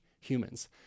humans